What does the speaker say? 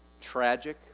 tragic